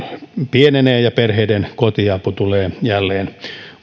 pienenee ja perheiden kotiapu tulee jälleen